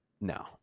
no